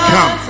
Come